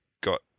got